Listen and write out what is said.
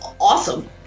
awesome